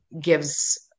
gives